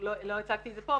לא הצגתי את זה פה,